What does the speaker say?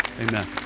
Amen